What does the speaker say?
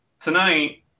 tonight